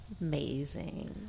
amazing